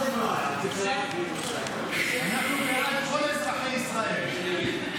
אנחנו בעד כל אזרחי ישראל.